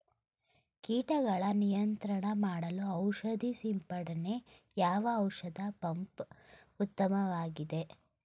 ಕೀಟಗಳ ನಿಯಂತ್ರಣ ಮಾಡಲು ಔಷಧಿ ಸಿಂಪಡಣೆಗೆ ಯಾವ ಔಷಧ ಪಂಪ್ ಉತ್ತಮವಾಗಿದೆ?